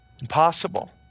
Impossible